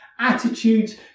Attitudes